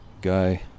guy